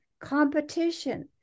competition